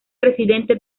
presidente